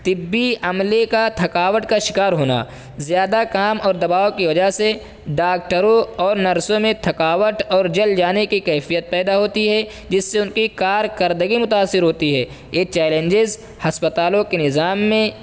طبی عملے کا تھکاوٹ کا شکار ہونا زیادہ کام اور دباؤ کی وجہ سے ڈاکٹرو اور نرسوں میں تھکاوٹ اور جل جانے کی کیفیت پیدا ہوتی ہے جس سے ان کی کارکردگی متاثر ہوتی ہے یہ چیلنجز ہسپتالوں کی نظام میں